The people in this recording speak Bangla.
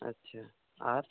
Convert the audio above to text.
আচ্ছা আর